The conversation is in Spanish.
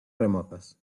remotas